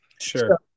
sure